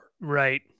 Right